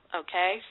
okay